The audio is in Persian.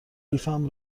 کیفم